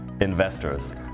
investors